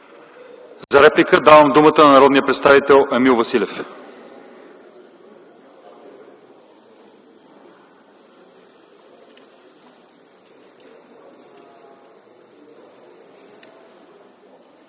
За реплика давам думата на народния представител Анна Янева.